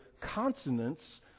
consonants